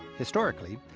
historically,